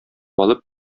алып